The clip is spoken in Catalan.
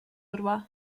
urbà